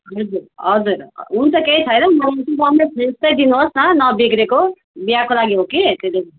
हजुर हजुर हुन्छ केही छैन मलाई चाहिँ राम्रो फ्रेस चाहिँ दिनुहोस् न नबिग्रिएको बिहाको लागि हो कि त्यसले